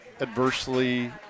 adversely